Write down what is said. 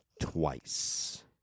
twice